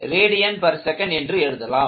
5 rads என்று எழுதலாம்